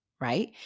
right